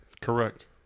Correct